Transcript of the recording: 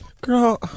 girl